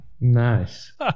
Nice